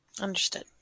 Understood